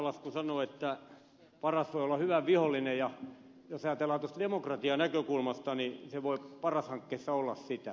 sananlasku sanoo että paras voi olla hyvän vihollinen ja jos ajatellaan tuosta demokratianäkökulmasta niin se voi paras hankkeessa olla sitä